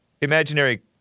imaginary